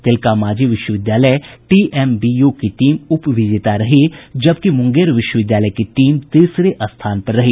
तिलका मांझी विश्वविद्यालय टीएमबीयू की टीम उप विजेता रही जबकि मुंगेर विश्वविद्यालय की टीम तीसरे स्थान पर रही